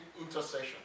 intercession